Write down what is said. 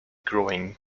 growing